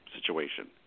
situation